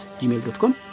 gmail.com